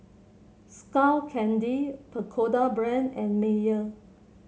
Skull Candy Pagoda Brand and Mayer